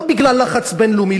לא בגלל לחץ בין-לאומי,